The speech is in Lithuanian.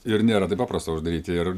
ir nėra taip paprasta uždaryti ir